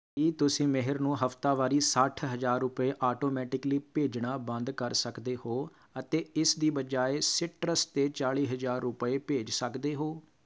ਕੀ ਤੁਸੀਂ ਮੇਹਰ ਨੂੰ ਹਫ਼ਤਾਵਾਰੀ ਸੱਠ ਹਜ਼ਾਰ ਰੁਪਏ ਆਟੋਮੈਟਿਕਲੀ ਭੇਜਣਾ ਬੰਦ ਕਰ ਸਕਦੇ ਹੋ ਅਤੇ ਇਸ ਦੀ ਬਜਾਏ ਸੀਟਰਸ 'ਤੇ ਚਾਲੀ ਹਜ਼ਾਰ ਰੁਪਏ ਭੇਜ ਸਕਦੇ ਹੋ